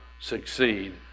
succeed